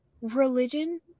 religion